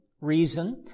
reason